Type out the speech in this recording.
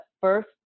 first